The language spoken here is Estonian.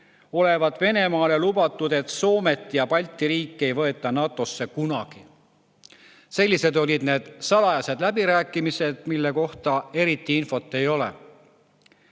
olevat Venemaale lubatud, et Soomet ja Balti riike ei võeta NATO‑sse kunagi. Sellised olid need salajased läbirääkimised, mille kohta eriti infot ei ole.